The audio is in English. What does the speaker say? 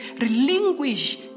relinquish